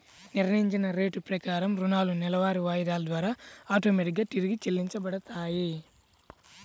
నిర్ణయించిన రేటు ప్రకారం రుణాలు నెలవారీ వాయిదాల ద్వారా ఆటోమేటిక్ గా తిరిగి చెల్లించబడతాయి